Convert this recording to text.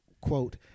quote